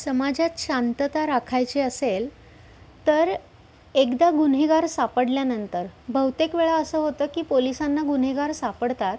समाजात शांतता राखायची असेल तर एकदा गुन्हेगार सापडल्यानंतर बहुतेक वेळा असं होतं की पोलिसांना गुन्हेगार सापडतात